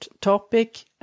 topic